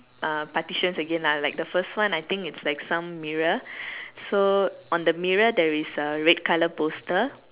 uh petitions again lah like the first one I think is like some mirrors so on the mirror there is a red colour poster